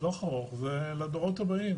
טווח ארוך זה לדורות הבאים.